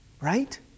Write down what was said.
Right